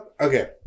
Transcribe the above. Okay